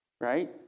right